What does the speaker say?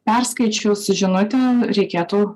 perskaičius žinutę reikėtų